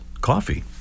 coffee